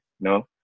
no